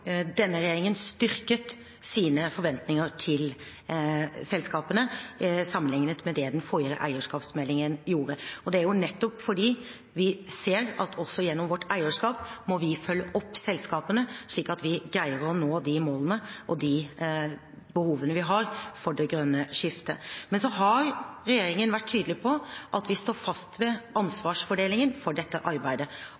denne regjeringen styrket sine forventninger til selskapene sammenliknet med det den forrige eierskapsmeldingen gjorde. Det er nettopp fordi vi ser at også gjennom vårt eierskap må vi følge opp selskapene, slik at vi greier å nå de målene og de behovene vi har for det grønne skiftet. Så har regjeringen vært tydelig på at vi står fast ved ansvarsfordelingen for dette arbeidet.